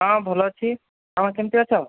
ହଁ ଭଲ ଅଛି କେମିତି ଅଛ